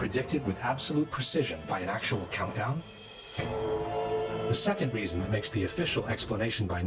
predicted with absolute precision by an actual countdown the second reason that makes the official explanation by